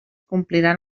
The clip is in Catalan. compliran